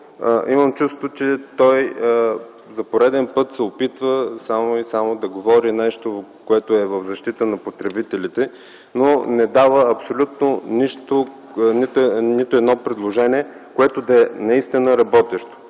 имам чувството, че той за пореден път се опитва само и само да говори нещо, което е в защита на потребителите, но не дава абсолютно нищо - нито едно предложение, което да е наистина работещо.